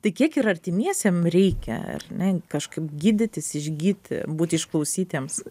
tai kiek ir artimiesiem reikia ar ne kažkaip gydytis išgyti būti išklausytiems